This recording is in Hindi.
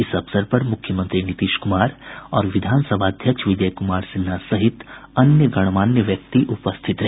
इस अवसर पर मुख्यमंत्री नीतीश कुमार और विधानसभा अध्यक्ष विजय कुमार सिन्हा सहित अन्य गणमान्य व्यक्ति उपस्थित रहे